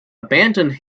abandoned